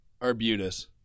Arbutus